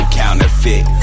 counterfeit